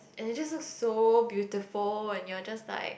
and it just look so beautiful and you are just like